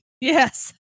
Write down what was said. Yes